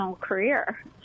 career